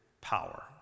power